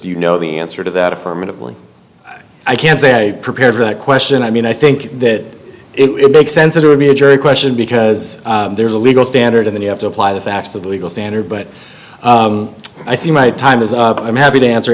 you know the answer to that affirmatively i can't say prepared for that question i mean i think that it makes sense that it would be a jury question because there's a legal standard and you have to apply the facts of the legal standard but i see my time is up i'm happy to answer